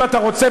אם אתה רוצה,